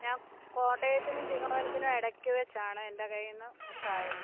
ഞാൻ കോട്ടയത്തിനും ചിങ്ങവനത്തിനും ഇടയ്ക്ക് വെച്ചാണ് എൻ്റെ കയ്യിൽനിന്ന് മിസ്സ് ആയത്